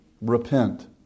Repent